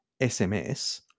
SMS